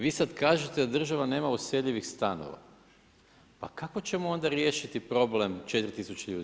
Vi sada kažete da država nema useljivih stanova, pa kako ćemo onda riješiti problem 4000 ljudi.